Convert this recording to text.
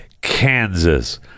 Kansas